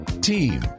Team